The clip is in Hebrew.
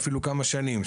ואפילו כמה שנים.